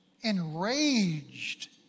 enraged